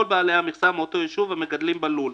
בעלי המכסה מאותו יישוב המגדלים בלול,